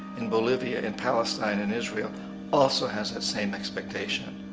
in bolivia, in palestine, in israel also has that same expectation.